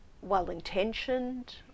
well-intentioned